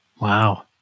wow